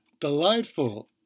delightful